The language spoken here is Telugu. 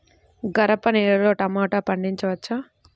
గరపనేలలో టమాటా పండించవచ్చా?